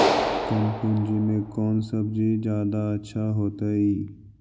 कम पूंजी में कौन सब्ज़ी जादा अच्छा होतई?